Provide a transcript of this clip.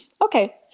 Okay